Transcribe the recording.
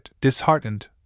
disheartened